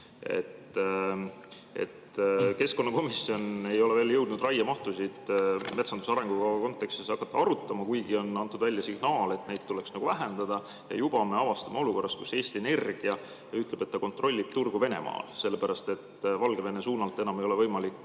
Keskkonnakomisjon ei ole veel jõudnud raiemahtusid metsanduse arengukava kontekstis arutama hakata, kuigi on antud välja signaal, et neid tuleks vähendada, ja juba me avastame end olukorrast, kus Eesti Energia ütleb, et ta kontrollib turgu Venemaal, sellepärast et Valgevene suunalt enam ei ole võimalik